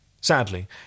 Sadly